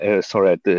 sorry